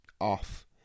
off